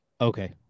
Okay